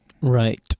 Right